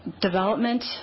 Development